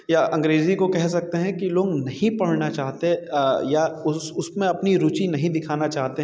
या अंग्रेजी को कह सकते लोग नहीं पढ़ना चाहते या उसमें अपनी रुचि नहीं दिखाना चाहते हैं